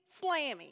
Slammy